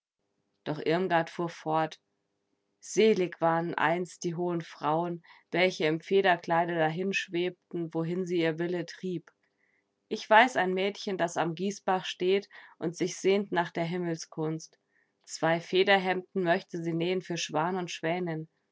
doch irmgard fuhr fort selig waren einst die hohen frauen welche im federkleide dahinschwebten wohin sie ihr wille trieb ich weiß ein mädchen das am gießbach steht und sich sehnt nach der himmelskunst zwei federhemden möchte sie nähen für schwan und schwänin